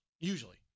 Usually